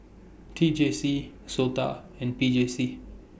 T J C Sota and P J C